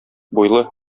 буйлы